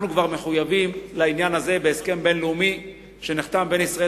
אנחנו כבר מחויבים לעניין הזה בהסכם בין-לאומי שנחתם בין ישראל,